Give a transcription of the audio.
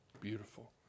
beautiful